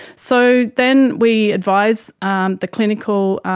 so then we advise, um the clinical